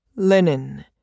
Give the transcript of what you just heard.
Linen